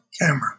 camera